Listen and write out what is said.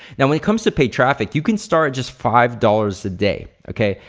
now when it comes to paid traffic you can start just five dollars a day, okay?